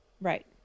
Right